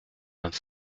vingt